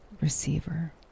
receiver